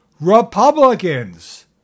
Republicans